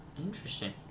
Interesting